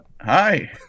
hi